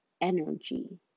energy